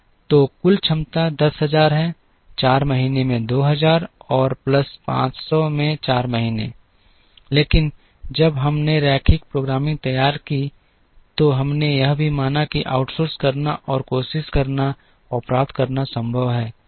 तो कुल क्षमता 10000 है 4 महीने में 2000 और प्लस 500 में 4 महीने लेकिन जब हमने रैखिक प्रोग्रामिंग तैयार की तो हमने यह भी माना कि इसे आउटसोर्स करना और कोशिश करना और प्राप्त करना संभव है